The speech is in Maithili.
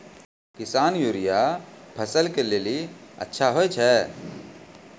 किसान यूरिया फसल के लेली अच्छा होय छै?